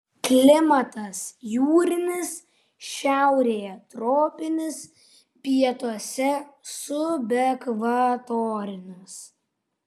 klimatas jūrinis šiaurėje tropinis pietuose subekvatorinis